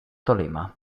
tolima